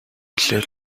билээ